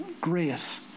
grace